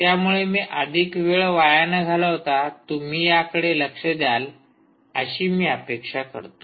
त्यामुळे मी अधिक वेळ वाया न घालवता तुम्ही याकडे लक्ष द्याल अशी मी अपेक्षा करतो